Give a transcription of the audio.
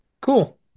Cool